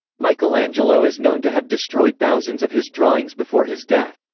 michelangelo is known to have destroyed thousands of his drawings before his death.